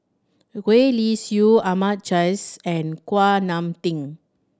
Gwee Li Sui Ahmad Jais and Kuak Nam Tin